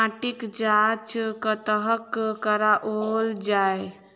माटिक जाँच कतह कराओल जाए?